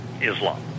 Islam